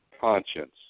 conscience